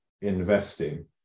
investing